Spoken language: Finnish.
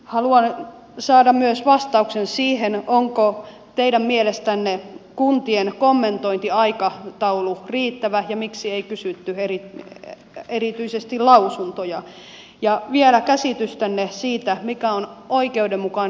haluan myös saada vastauksen siihen onko teidän mielestänne kuntien kommentointiaikataulu riittävä ja miksi ei kysytty erityisesti lausuntoja ja vielä käsityksestänne siitä mikä on oikeudenmukainen ja reilu valtionosuuspäätös